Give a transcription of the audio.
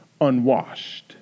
unwashed